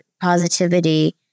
positivity